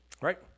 Right